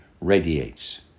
radiates